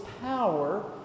power